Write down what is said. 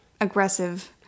aggressive